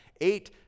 eight